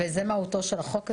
זאת מהות החוק הזה.